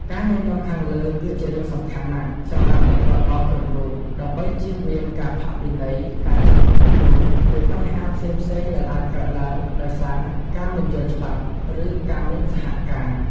ការណែនាំខាងលើ គឺជារឿងសំខាន់ណាស់សម្រាប់អ្នកបើកបរគ្រប់រូប ដើម្បីជៀសវាងការផាកពិន័យ ការចាប់ឃុំខ្លួន ឬបញ្ហាផ្សេងៗដែលអាចកើតឡើងដោយសារការមិនយល់ច្បាប់ ឬការមិនសហការ។